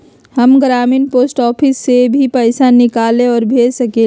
हम ग्रामीण post office से भी पैसा निकाल और भेज सकेली?